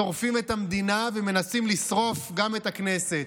שורפים את המדינה ומנסים לשרוף גם את הכנסת,